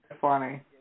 funny